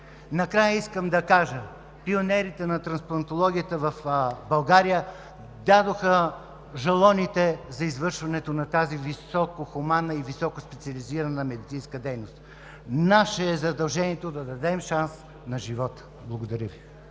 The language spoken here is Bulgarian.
Накрая искам да кажа: пионерите на трансплантологията в България дадоха жалоните за извършването на тази високохуманна и високоспециализирана медицинска дейност. Наше е задължението да дадем шанс на живота! Благодаря Ви.